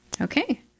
Okay